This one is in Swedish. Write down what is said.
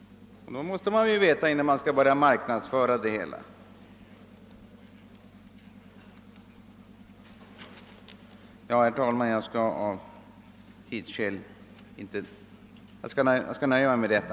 Det måste man veta innan man börjar marknadsföra produkterna. Herr talman! Jag skall av tidsskäl nöja mig med att säga detta.